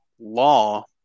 law